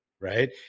right